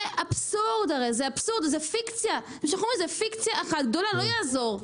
זה אבסורד, זו פיקציה אחת גדולה, לא יעזור.